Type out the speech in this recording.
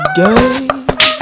game